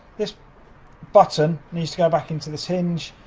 this button needs to go back into this hinge.